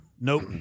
nope